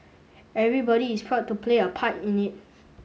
everybody is proud to play a part in it